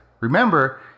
Remember